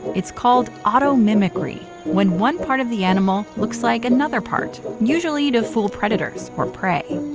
it's called automimicry, when one part of the animal looks like another part, usually to fool predators, or prey.